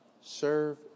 serve